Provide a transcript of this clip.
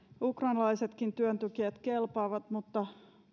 ukrainalaisetkin työntekijät kelpaavat mutta